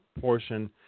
portion